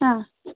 ಹಾಂ